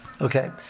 Okay